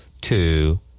Two